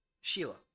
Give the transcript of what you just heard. Sheila